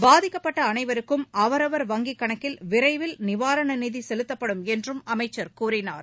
பாதிக்கப்பட்ட அனைவருக்கும் அவரவர் வங்கிக் கணக்கில் விரைவில் நிவாரண நிதி செலுத்தப்படும் என்றும் அமைச்சர் கூறினார்